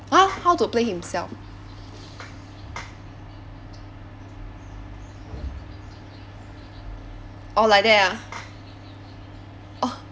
!huh! how to play himself orh like that ah oh